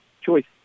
choice